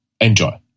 enjoy